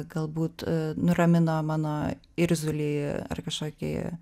galbūt nuramino mano irzulį ar kažkokį